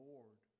Lord